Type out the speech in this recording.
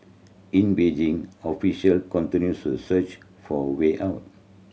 in Beijing official continues search for way out